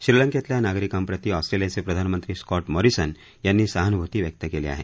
श्रीलंकेतल्या नागरिकांप्रती ऑस्ट्रेलियाचे प्रधानमंत्री स्कॉट मॉरिसन यांनी सहानुभूती व्यक्त केली आहे